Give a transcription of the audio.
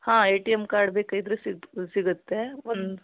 ಹಾಂ A T M card ಬೇಕಾಗಿದ್ದರೆ ಸಿಗ್ತು ಸಿಗುತ್ತೆ ಒಂದು